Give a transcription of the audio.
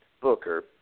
Booker